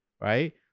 right